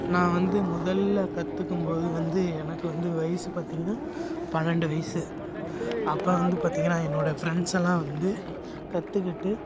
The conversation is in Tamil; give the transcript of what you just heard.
நான் வந்து மொதலில் கற்றுக்கும் போது வந்து எனக்கு வந்து வயது பார்த்திங்கனா பன்னெரெண்டு வயது அப்போ வந்து பார்த்திங்கனா என்னோடய் ஃப்ரண்ட்ஸெல்லாம் வந்து கற்றுக்கிட்டு